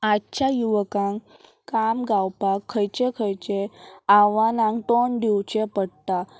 आयच्या युवकांक काम गावपाक खंयचे खंयचे आव्हानांक तोंड दिवचें पडटा